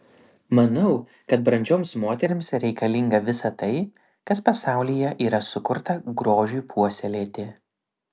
manau kad brandžioms moterims reikalinga visa tai kas pasaulyje yra sukurta grožiui puoselėti